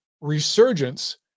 Resurgence